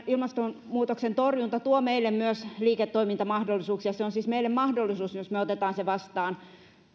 ilmastonmuutoksen torjunta tuo meille myös liiketoimintamahdollisuuksia se on siis meille mahdollisuus jos me otamme sen vastaan